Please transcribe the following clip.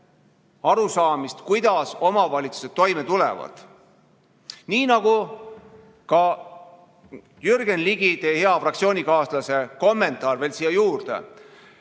arusaamist, kuidas omavalitsused toime tulevad. Viitan ka Jürgen Ligi, teie hea fraktsioonikaaslase kommentaarile, et ei